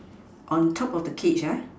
on top of the cage